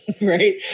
right